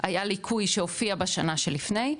היה ליקוי שהופיע בשנה שלפני,